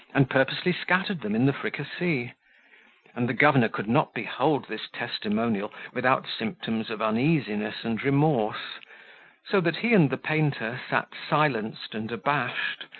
and purposely scattered them in the fricassee and the governor could not behold this testimonial without symptoms of uneasiness and remorse so that he and the painter sat silenced and abashed,